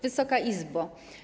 Wysoka Izbo!